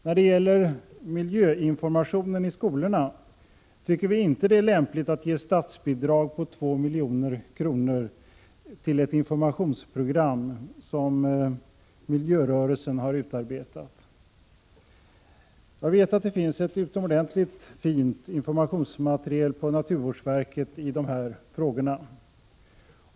När det gäller miljöinformationen i skolorna tycker vi inte att det är lämpligt att ge statsbidrag på 2 milj.kr. till ett informationsprogram som miljörörelsen har utarbetat. Jag vet att det finns ett utomordentligt fint informationsmaterial på naturvårdsverket i dessa frågor.